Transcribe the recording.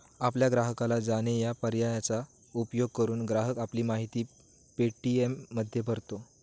आपल्या ग्राहकाला जाणे या पर्यायाचा उपयोग करून, ग्राहक आपली माहिती पे.टी.एममध्ये भरतो